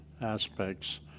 aspects